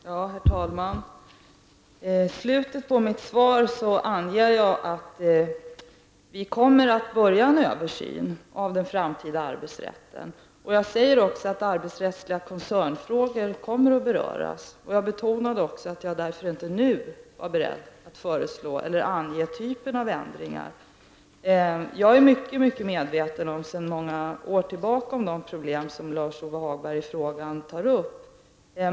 Herr talman! I slutet av mitt svar anger jag att vi kommer att börja med en översyn av den framtida arbetsrätten. Jag säger också att arbetsrättsliga koncernfrågor kommer att beröras. Därför betonade jag också att jag inte nu är beredd att föreslå eller ange någon typ av ändringar. Sedan många år tillbaka är jag mycket medveten om de problem som Lars-Ove Hagberg tar upp i sin fråga.